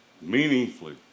meaningfully